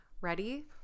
Ready